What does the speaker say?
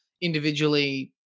individually